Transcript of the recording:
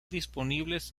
disponibles